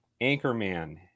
Anchorman